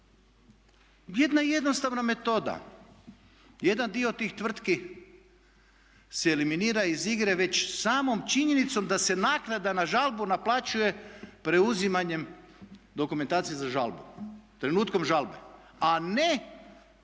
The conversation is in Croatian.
Jedna jednostavna metoda, jedan dio tih tvrtki se eliminira iz igre već samom činjenicom da se naknada na žalbu naplaćuje preuzimanjem dokumentacije za žalbu, trenutkom žalbe a ne kroz